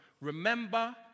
remember